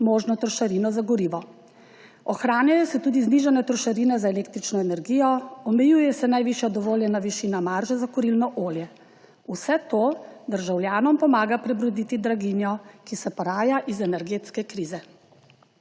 možno trošarino za gorivo. Ohranjajo se tudi znižane trošarine za električno energijo, omejuje se najvišja dovoljena višina marže za kurilno olje. Vse to državljanom pomaga prebroditi draginjo, ki se poraja iz energetske krize.